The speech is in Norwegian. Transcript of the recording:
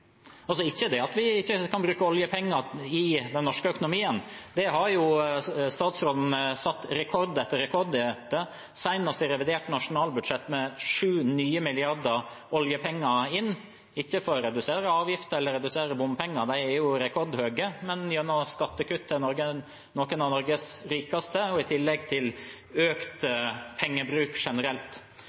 Ikke det at vi ikke kan bruke oljepenger i den norske økonomien, der har jo statsråden satt rekord etter rekord, senest i revidert nasjonalbudsjett med sju nye milliarder oljepenger inn, ikke for å redusere avgifter eller å redusere bompenger – de er jo rekordhøye – men gjennom skattekutt til noen av Norges rikeste, i tillegg til økt pengebruk generelt.